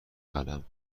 قلم